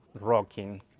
rocking